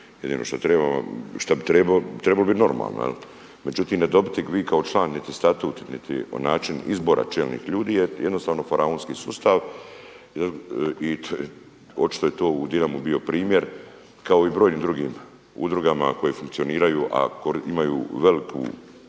trebali, trebalo biti normalno. Međutim, ne dobiti vi kao član niti statut niti način izbora čelnih ljudi je jednostavno Faraonski sustav i očito je to u Dinamu bio primjer kao i u brojnim drugim udrugama koje funkcioniraju a imaju veliki